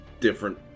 different